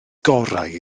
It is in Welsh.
gorau